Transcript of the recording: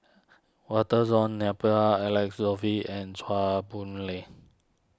Walter John Napier Alex Josey and Chew Boon Lay